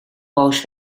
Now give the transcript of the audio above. boos